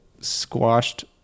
squashed